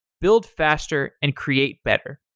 build faster and create better.